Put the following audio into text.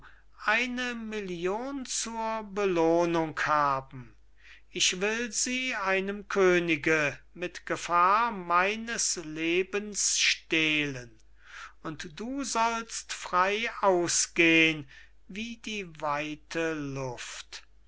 eine million zur belohnung haben ich will sie einem könige mit gefahr meines lebens stehlen und du sollst frey ausgehn wie die weite luft